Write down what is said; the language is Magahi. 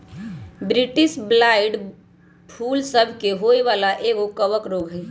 बोट्रिटिस ब्लाइट फूल सभ के होय वला एगो कवक रोग हइ